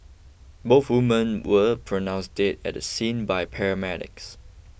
both women were pronounced dead at the scene by paramedics